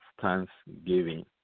Thanksgiving